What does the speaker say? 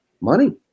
money